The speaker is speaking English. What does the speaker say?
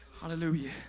hallelujah